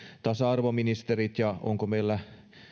tasa arvoministerit ja onko meillä